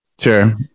Sure